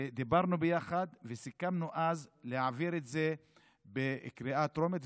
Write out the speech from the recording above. ודיברנו ביחד וסיכמנו אז להעביר את זה בקריאה טרומית,